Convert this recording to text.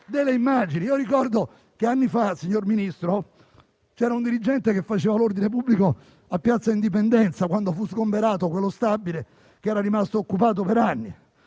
Ricordo che anni fa, signor Ministro, c'era un dirigente che faceva l'ordine pubblico a piazza Indipendenza, quando fu sgomberato uno stabile rimasto occupato per anni.